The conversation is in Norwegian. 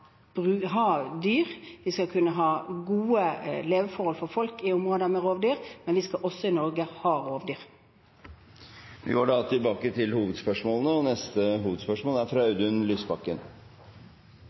dyr, at vi skal kunne ha gode leveforhold for folk i områder med rovdyr, men vi skal også ha rovdyr i Norge. Vi går